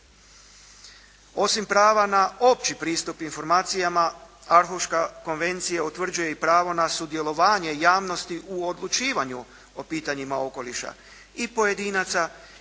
Osim prava na opći pristup informacijama Arhuška konvencija utvrđuje i pravo na sudjelovanje javnosti u odlučivanju o pitanjima okoliša, i pojedinaca i